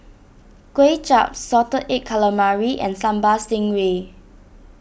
Kway Chap Salted Egg Calamari and Sambal Stingray